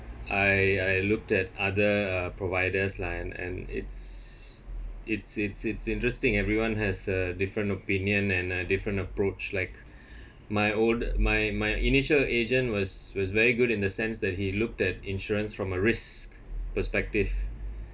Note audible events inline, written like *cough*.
I I looked at other uh providers line and it's it's it's it's interesting everyone has a different opinion and uh different approach like *breath* my old my my initial agent was was very good in the sense that he looked at insurance from a risk perspective